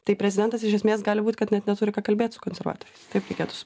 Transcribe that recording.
tai prezidentas iš esmės gali būt kad net neturi ką kalbėt su konservatoriais taip reikėtų